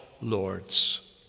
lords